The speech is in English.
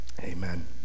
amen